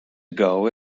ago